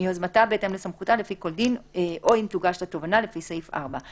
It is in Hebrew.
מיוזמתה בהתאם לסמכותה לפי כל דין או אם תוגש לה תובענה לפי סעיף 4,